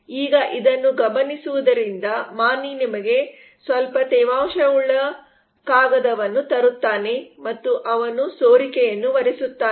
ಈಗ ಇದನ್ನು ಗಮನಿಸುವುದರಿಂದ ಮಾಣಿ ನಿಮಗೆ ಸ್ವಲ್ಪ ತೇವಾಂಶವುಳ್ಳ ಅಂಗಾಂಶದ ಕಾಗದವನ್ನು ತರುತ್ತಾನೆ ಮತ್ತು ಅವನು ಸೋರಿಕೆಯನ್ನು ಒರೆಸುತ್ತಾನೆ